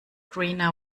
greener